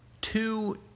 two